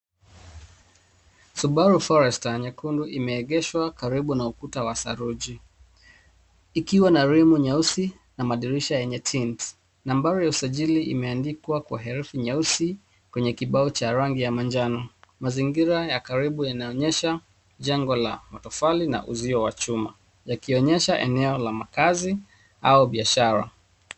Subaru Forester nyekundu imeegeshwa karibu na ukuta wa saruji, ikiwa na rimu nyeusi na madirisha yenye tint . Nambari ya usajili imeandikwa kwa herufi nyeusi kwenye kibao cha rangi ya manjano. Mazingira ya karibu yanaonyesha jengo la matofali na uzio wa chuma, yakionyesha eneo la makazi au biashara.